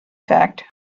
fact